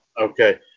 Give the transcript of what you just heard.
Okay